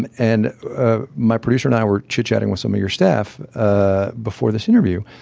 and and ah my producer and i were chit-chatting with some of your staff ah before this interview,